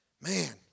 man